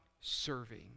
serving